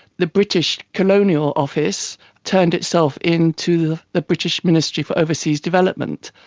the british colonial office turned itself into the british ministry for overseas development.